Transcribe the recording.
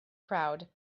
crowd